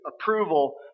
approval